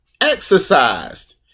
exercised